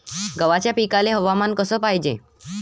गव्हाच्या पिकाले हवामान कस पायजे?